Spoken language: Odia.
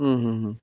ହୁଁ ହୁଁ ହୁଁ